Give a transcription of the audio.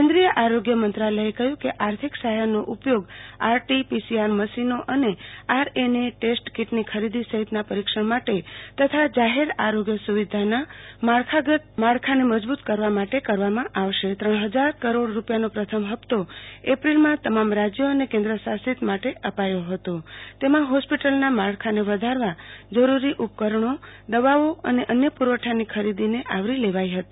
કેન્દ્રીય આરોગ્ય મંત્રાલયે કહ્યુ કે આર્થિક સહાયૂનો ઉપયોગ આરટી પીસીઆર મશીનો અને આરએનએ ટેસ્ટ કીટની ખરીદી સહિતના પરીક્ષણ માટે તથા જાહેરે આરોગ્ય સુવિધાઓના માળખાગત માળખાને મજબુત કરવા માટે કરવામાં આવશે ત્રણ હજાર કરોડ રૂપિયાનો પ્રથમ હપ્તો એપ્રિલમાં તમામ રાજ્યો અને કેન્દ્રશાસિત માટે અપાયો હતો તેમાં હોસ્પિટલના માળખાને વધારવા જરૂરી ઉપકરણોદવાઓ અને અન્ય પુરવ્ઠાની ખરીદીને આવરી લેવાઈ હતી